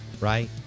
right